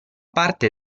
parte